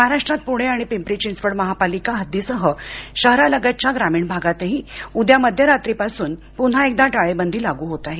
महाराष्ट्रात पुणे आणि पिंपरी चिंचवड महापालिका हद्दीसह शहरालगतच्या ग्रामीण भागातही उद्या मध्यरात्रीपासून पुन्हा एकदा टाळेबंदी लागू होत आहे